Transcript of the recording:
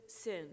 sin